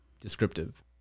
Descriptive